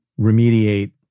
remediate